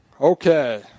Okay